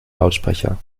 lautsprecher